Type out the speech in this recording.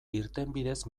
irtenbideez